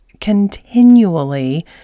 continually